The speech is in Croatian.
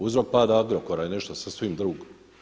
Uzrok pada Agrokora je nešto sasvim drugo.